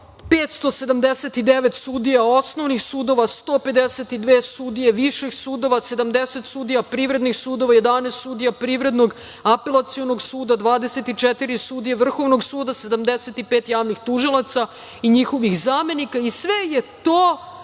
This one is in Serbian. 579 sudija osnovnih sudova, 152 sudije viših sudova, 70 sudija privrednih sudova, 11 sudija Privrednog apelacionog suda, 24 sudije Vrhovnog suda, 75 javnih tužilaca i njihovih zamenika. Sve su to